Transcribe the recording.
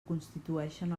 constituïxen